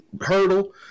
hurdle